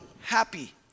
happy